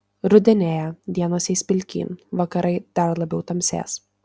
rudenėja dienos eis pilkyn vakarai dar labiau tamsės